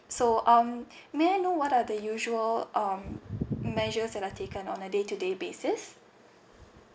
so um may I know what are the usual um measures are taken on a day to day basis